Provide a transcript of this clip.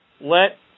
Let